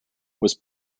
was